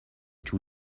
too